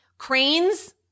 Cranes